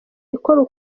ikora